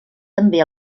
també